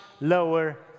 lower